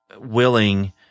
willing